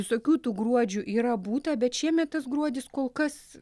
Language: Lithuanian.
visokių tų gruodžių yra būta bet šiemet tas gruodis kol kas